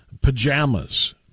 pajamas